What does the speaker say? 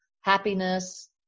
happiness